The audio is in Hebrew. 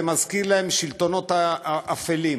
זה מזכיר להם שלטונות אפלים,